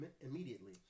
immediately